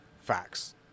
Facts